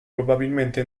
probabilmente